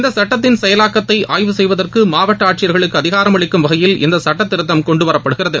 இந்த சட்டத்தின் செயலாக்கத்தை ஆய்வு செய்வதற்கு மாவட்ட ஆட்சியர்களுக்கு அதிகாரம் அளிக்கும் வகையில் இந்த சட்ட திருத்தம் கொண்டுவரப்படுகிறது